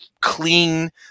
clean